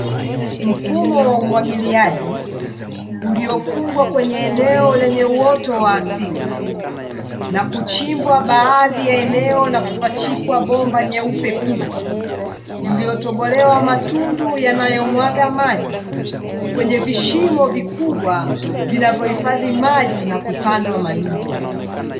Mfumo wa umwagiliaji uliofungwa kwenye eneo lenye uoto wa asili, na kuchimbwa baadhi ya eneo na kupachikwa bomba nyeupe kubwa iliyo tobolewa matundu yanayomwaga maji, kwenye vishimo vikubwa vinavyohifadhi maji na kupandwa mahindi.